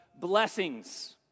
blessings